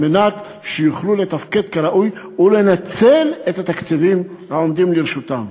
על מנת שהם יוכלו לתפקד כראוי ולנצל את התקציבים העומדים לרשותם.